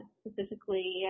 specifically